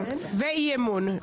ואי-אמון.